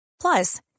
Plus